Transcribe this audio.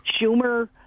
Schumer